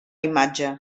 imatge